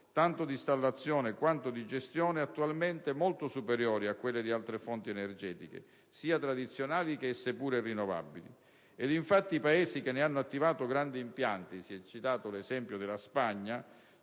tanto di installazione quanto di gestione, attualmente molto superiori a quelli di altre fonti energetiche, sia tradizionali che rinnovabili. E infatti, i Paesi che ne hanno attivato grandi impianti - si è citato l'esempio della Spagna